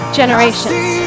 generations